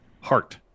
heart